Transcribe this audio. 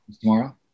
Tomorrow